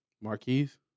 Marquise